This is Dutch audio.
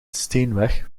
steenweg